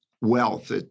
wealth